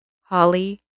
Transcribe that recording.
Holly